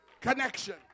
connection